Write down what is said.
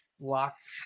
locked